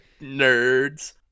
Nerds